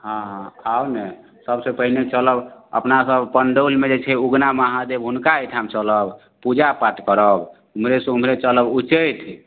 हँ हँ आउ ने सबसे पहिने चलब अपना सब पण्डौलमे जे छै उगना महादेव हुनका अइठाम चलब पूजा पाठ करब उम्हरे से उम्हरे चलब उचैठ